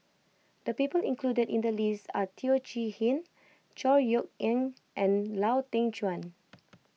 the people included in the list are Teo Chee Hean Chor Yeok Eng and Lau Teng Chuan